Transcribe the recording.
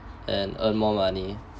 and earn more money